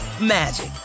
magic